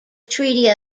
treaty